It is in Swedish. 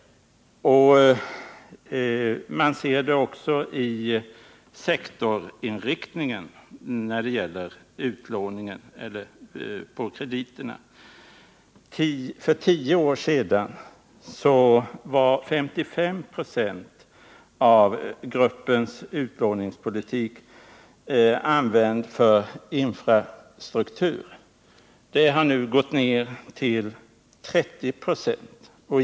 När det gäller krediterna kan man också se på sektorinriktningen. För tio år sedan användes 55 96 av gruppens utlåning för infrastruktur. Nu har siffran sjunkit till 30 96.